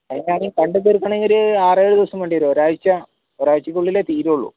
എല്ലാടേം കണ്ട് തീർക്കണമെങ്കിൽ ഒരു ആറ് ഏഴ് ദിവസം വേണ്ടി വരും ഒരാഴ്ച ഒരാഴ്ചക്കുള്ളിലെ തീരുള്ളൂ